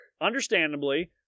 understandably